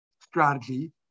strategy